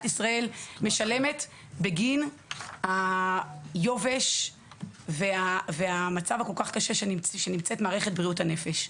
ישראל משלמת בגין היובש והמצב הכול כך קשה שנמצאת מערכת בריאות הנפש.